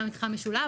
וגם במתחם משולב,